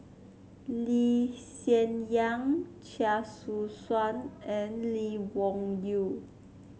Lee Hsien Yang Chia Choo Suan and Lee Wung Yew